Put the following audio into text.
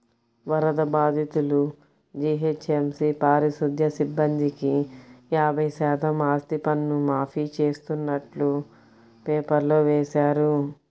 వరద బాధితులు, జీహెచ్ఎంసీ పారిశుధ్య సిబ్బందికి యాభై శాతం ఆస్తిపన్ను మాఫీ చేస్తున్నట్టు పేపర్లో వేశారు